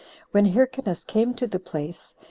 when hyrcanus came to the place,